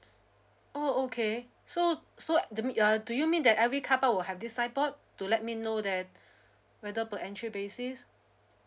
oh okay so so uh do you mean that every carpark will have this signboard to let me know that whether per entry basis